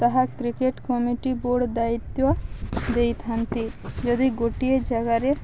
ତାହା cricket committee board ଦାୟିତ୍ୱ ଦେଇଥାନ୍ତି ଯଦି ଗୋଟିଏ ଜାଗାରେ